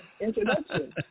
introduction